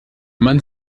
man